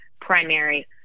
primary